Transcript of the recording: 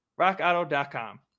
rockauto.com